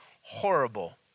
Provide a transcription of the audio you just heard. horrible